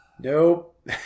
Nope